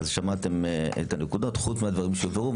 שמעתם את הנקודות חוץ מהדברים שיובהרו,